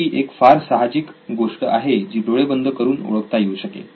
ही एक फार सहाजिक गोष्ट आहे जी डोळे बंद करून ओळखता येऊ शकेल